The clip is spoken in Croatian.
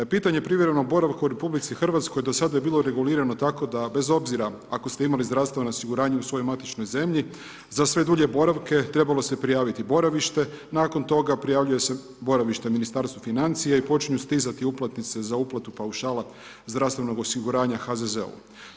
Pitanje privremenog boravka u RH, do sada je bilo regulirano tako da bez obzira ako ste imali zdravstveno osiguranje u svojoj matičnoj zemlji, za sve dulje boravke, trebalo se prijaviti boravište, nakon toga prijavljuje se boravište Ministarstvu financija i počinju stizati uplatnice za uplatu paušala zdravstvenog osiguranja HZZO-u.